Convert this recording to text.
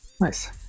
Nice